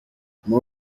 muri